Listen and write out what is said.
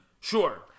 Sure